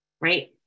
right